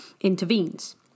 intervenes